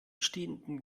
stehenden